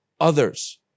Others